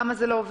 למה זה לא עובד?